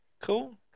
Cool